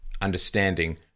understanding